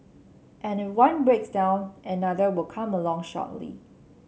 and if one breaks down another will come along shortly